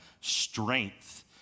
Strength